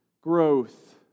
growth